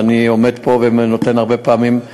ואני עומד פה ועונה הרבה פעמים,